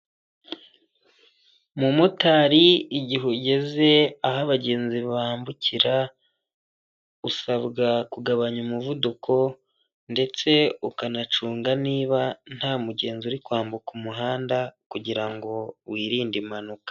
Mumotari igihe ugeze aho abagenzi bambukira usabwa kugabanya umuvuduko, ndetse ukanacunga niba nta mugenzi uri kwambuka umuhanda kugira wirinde impanuka.